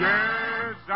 Yes